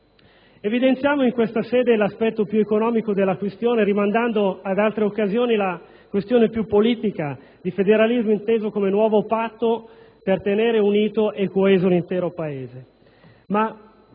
Evidenziamo in questa sede l'aspetto più economico della questione rimandando ad altre occasioni la questione più politica di federalismo inteso come nuovo patto per tenere unito e coeso l'intero Paese. Ci